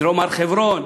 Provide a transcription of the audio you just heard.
דרום הר-חברון,